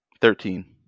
Thirteen